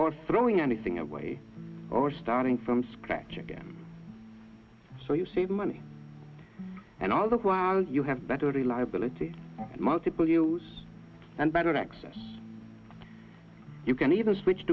or throwing anything away or starting from scratch again so you save money and all the while you have better reliability multiple use and better access you can even switch